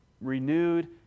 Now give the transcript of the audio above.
Renewed